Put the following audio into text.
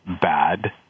bad